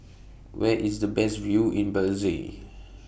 Where IS The Best View in Belize